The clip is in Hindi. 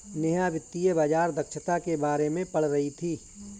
नेहा वित्तीय बाजार दक्षता के बारे में पढ़ रही थी